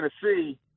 Tennessee